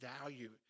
value